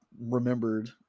remembered